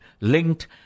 linked